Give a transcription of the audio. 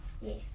Yes